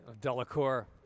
Delacour